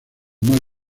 más